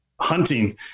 hunting